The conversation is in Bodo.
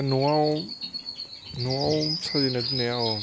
न'आव न'आव साजायना दोन्नाया औ